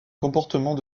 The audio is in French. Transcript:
comportement